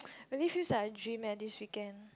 really feels like a dream eh this weekend